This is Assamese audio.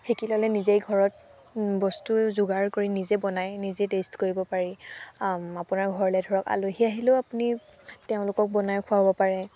শিকি ল'লে নিজেই ঘৰত বস্তু যোগাৰ কৰি নিজে বনাই নিজে টেষ্ট কৰিব পাৰি আপোনাৰ ঘৰলৈ ধৰক আলহী আহিলেও আপুনি তেওঁলোকক বনাই খুৱাব পাৰে